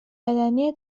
بدنی